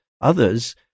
others